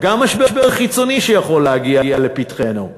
גם משבר חיצוני שיכול להגיע לפתחנו,